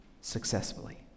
successfully